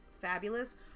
fabulous